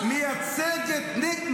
אז מה אתה רוצה